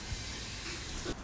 yup